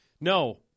No